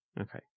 Okay